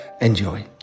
Enjoy